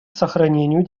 сохранению